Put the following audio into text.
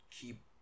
keep